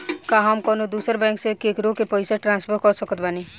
का हम कउनों दूसर बैंक से केकरों के पइसा ट्रांसफर कर सकत बानी?